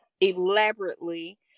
elaborately